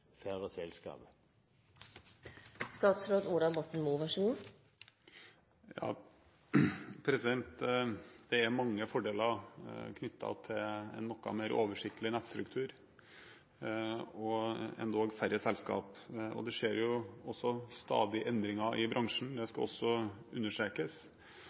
færre selskap. Det er mange fordeler knyttet til en noe mer oversiktlig nettstruktur og endog færre selskap. Det skjer jo også stadig endringer i bransjen, det skal også understrekes,